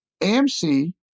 AMC